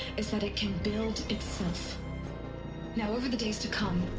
is that it can build itself now, over the days to come.